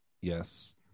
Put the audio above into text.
Yes